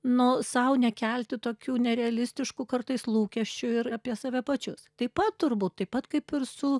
nu sau nekelti tokių nerealistiškų kartais lūkesčių ir apie save pačius taip pat turbūt taip pat kaip ir su